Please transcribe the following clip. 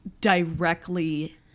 directly